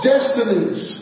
Destinies